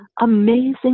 amazing